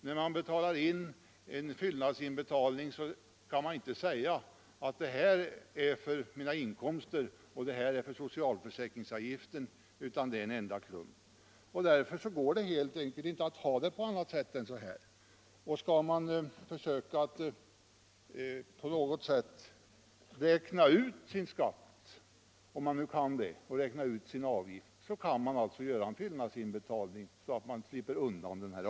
Den som gör en fyllnadsinbetalning kan inte säga att ”detta är för mina inkomster och detta är för socialförsäkringsavgiften” — det är en enda klump. Därför går det helt enkelt inte att ha det på annat sätt än så här. Skall man försöka räkna ut sin skatt och sin avgift — om man nu kan det — så kan man göra en fyllnadsinbetalning så att man slipper avgiften.